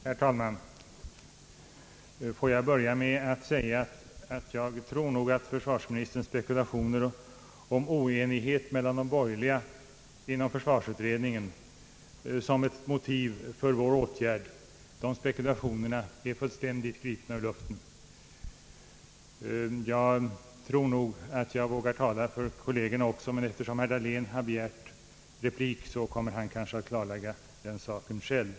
Herr talman! Får jag börja med att säga, att försvarsministerns spekulationer om oenighet mellan de borgerliga inom försvarsutredningen såsom ett motiv för vår åtgärd är fullständigt gripna ur luften. Jag skulle nog våga tala för mina kolleger också, men eftersom herr Dahlén har begärt replik, kommer han kanske att klarlägga saken själv.